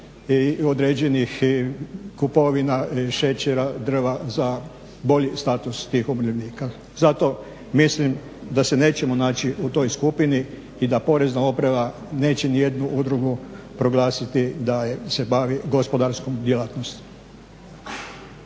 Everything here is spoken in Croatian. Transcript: i određenih kupovina, šećera, drva za bolji status tih umirovljenika. Zato mislim da se nećemo naći u toj skupini i da porezna uprava neće ni jednu udrugu proglasiti da se bavi gospodarskom djelatnosti.